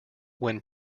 when